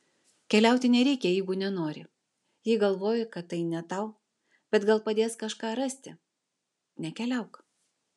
keliauti nereikia jeigu nenori jei galvoji kad tai ne tau bet gal padės kažką rasti nekeliauk